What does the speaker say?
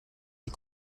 die